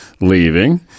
leaving